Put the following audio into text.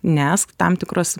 nes tam tikros